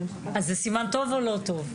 אז זה סימן טוב או לא טוב?